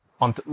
on